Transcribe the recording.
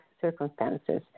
circumstances